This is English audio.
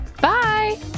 Bye